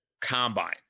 combine